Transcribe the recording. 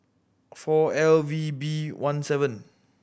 four L V B one seven